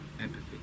empathy